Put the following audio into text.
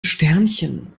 sternchen